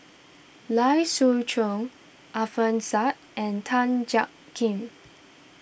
Lai Siu Chiu Alfian Sa'At and Tan Jiak Kim